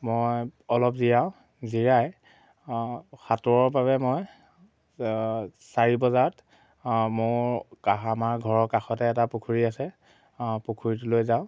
মই অলপ জিৰাওঁ জিৰাই সাঁতোৰৰ বাবে মই চাৰি বজাত মোৰ কাহা আমাৰ ঘৰৰ কাষতে এটা পুখুৰী আছে পুখুৰীটোলৈ যাওঁ